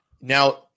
now